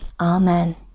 Amen